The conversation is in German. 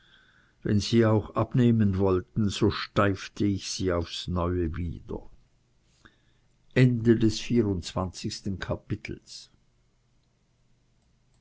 wenn sie auch abnehmen wollten so steifte ich sie aufs neue wieder